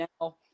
now